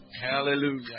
hallelujah